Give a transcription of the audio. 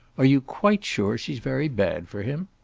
are you quite sure she's very bad for him?